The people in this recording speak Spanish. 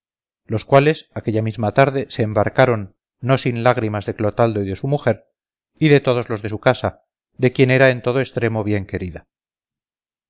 los cuales aquella misma tarde se embarcaron no sin lágrimas de clotaldo y de su mujer y de todos los de su casa de quien era en todo extremo bien querida